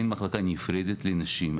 אין מחלקה נפרדת לנשים.